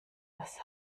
was